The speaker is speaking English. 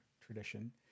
tradition